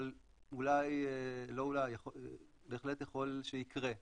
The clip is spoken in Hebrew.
אבל בהחלט יכול שיקרה.